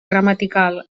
gramatical